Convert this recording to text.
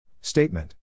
Statement